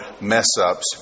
mess-ups